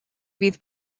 fydd